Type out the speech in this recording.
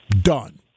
Done